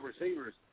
receivers